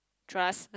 trust